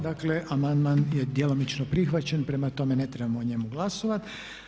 Dakle amandman je djelomično prihvaćen, prema tome ne trebamo o njemu glasovati.